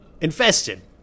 infested